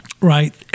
Right